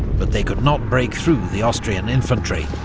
but they could not break through the austrian infantry,